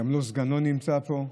וגם סגנו לא נמצא פה.